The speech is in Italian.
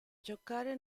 giocare